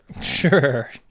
sure